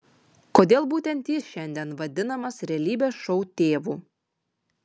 kodėl būtent jis šiandien vadinamas realybės šou tėvu